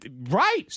Right